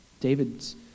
David's